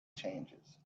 changes